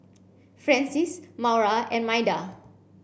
Francis Maura and Maida